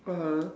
(uh huh)